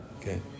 Okay